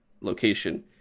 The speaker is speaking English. location